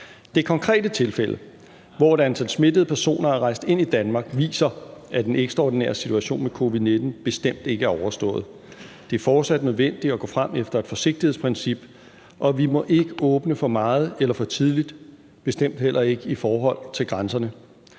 Det konkrete tilfælde, hvor et antal smittede personer er rejst ind i Danmark, viser, at den ekstraordinære situation med covid-19 bestemt ikke er overstået. Det er fortsat nødvendigt at gå frem efter et forsigtighedsprincip, og vi må ikke åbne for meget eller for tidligt, bestemt heller ikke i forhold til grænserne.